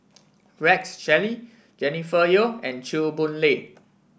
Rex Shelley Jennifer Yeo and Chew Boon Lay